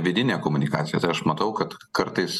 vidinė komunikacija tai aš matau kad kartais